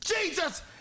Jesus